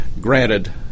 Granted